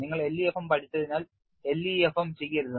നിങ്ങൾ LEFM പഠിച്ചതിനാൽ LEFM ചെയ്യരുത്